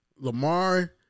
Lamar